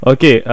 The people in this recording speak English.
Okay